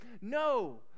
No